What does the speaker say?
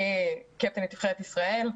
אני קפטנית נבחרת ישראל,